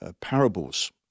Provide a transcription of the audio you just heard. parables